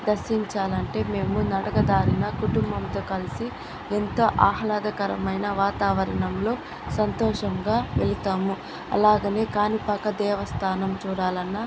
దర్శించాలంటే మేము నడకదారిన కుటుంబంతో కలిసి ఎంత ఆహ్లాదకరమైన వాతావరణంలో సంతోషంగా వెళ్తాము అలాగనే కాణిపాక దేవస్థానం చూడాలన్న